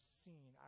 seen